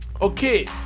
Okay